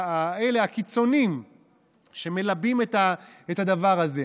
אלה הקיצונים שמלבים את הדבר הזה.